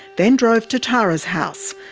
then drove to tara's house,